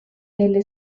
nelle